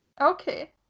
Okay